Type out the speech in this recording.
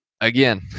again